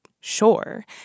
sure